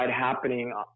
happening